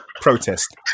Protest